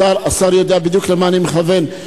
השר יודע בדיוק למה אני מכוון.